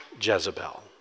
Jezebel